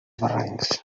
barrancs